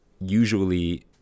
usually